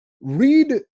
read